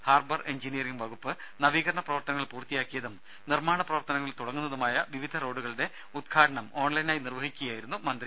harbour engineering വകുപ്പ് നവീകരണ പ്രവർത്തനങ്ങൾ പൂർത്തിയാക്കിയതും നിർമാണ പ്രവർത്തനങ്ങൾ തുടങ്ങുന്നതുമായ വിവിധ റോഡുകളുടെ ഉദ്ഘാടനം ഓൺലൈനായി നിർവഹിക്കുകയായിരുന്നു മന്ത്രി